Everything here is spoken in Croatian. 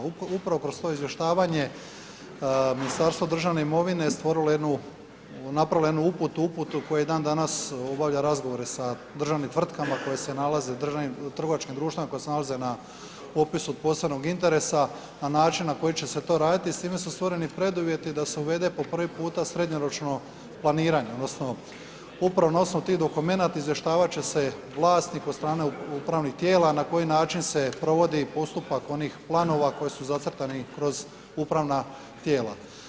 Upravo kroz to izvještavanje Ministarstvo državne imovine stvorilo je jednu, napravilo je jednu uputu, uputu koja i dan danas obavlja razgovore sa državnim tvrtkama koje se nalaze, državnim, trgovačkim društvima koje se nalaze na popisu od posebnog interesa na način na koji će se to raditi i s time su stvoreni preduvjeti da se uvede po prvi puta srednjoročno planiranje, odnosno upravo na osnovu tih dokumenata izvještavati će se vlasnik od strane upravnih tijela na koji način se provodi postupak onih planova koji su zacrtani kroz upravna tijela.